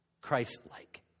Christ-like